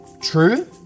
True